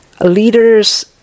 Leaders